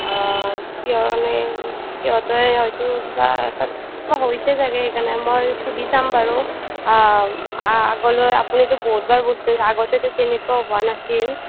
কিহৰ কাৰণে সিহঁতে হয়তো কিবা তাত কিবা হৈছে চাগৈ সেইকাৰণে মই সুধি চাম বাৰু আগলৈ আপুনিতো বহুতবাৰ বস্তু দিছে আগতেতো তেনেকুৱা হোৱা নাছিল